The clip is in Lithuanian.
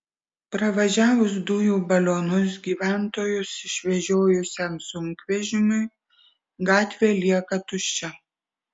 pravažiavus dujų balionus gyventojus išvežiojusiam sunkvežimiui gatvė lieka tuščia